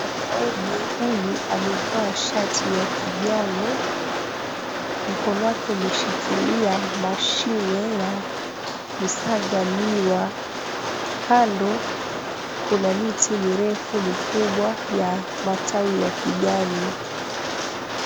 Mwanaume huyu amevaa shati ya kijano. Mkono wake umeshikilia mashine ya kusaga miwa. Kando kuna miti mirefu mikubwa ya matawi ya kijani.